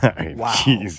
Wow